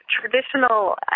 traditional